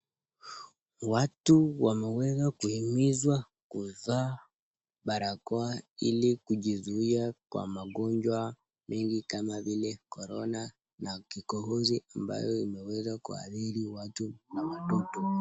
Watu wameweza kuimizwa kuvaa barakoa ili kujizuia kwa magonjwa mingi kama vile Corona na kikohozi ambayo imeweza kuhadhiri watu na watoto.